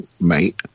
mate